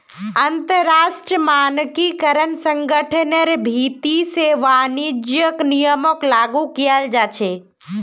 अंतरराष्ट्रीय मानकीकरण संगठनेर भीति से वाणिज्यिक नियमक लागू कियाल जा छे